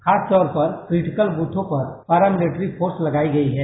खास तौर पर क्रिटिकल बूथों पर पैरामिलिट्री फोर्स लगाई गई है